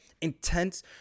intense